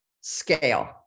scale